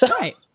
Right